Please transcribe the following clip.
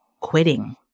quitting